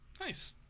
nice